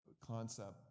concept